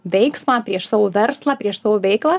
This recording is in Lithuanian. veiksmą prieš savo verslą prieš savo veiklą